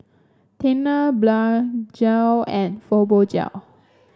Tena Blephagel and Fibogel